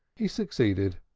he succeeded.